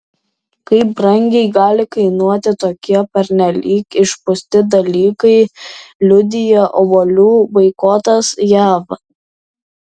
kaip brangiai gali kainuoti tokie pernelyg išpūsti dalykai liudija obuolių boikotas jav